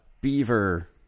beaver